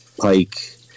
pike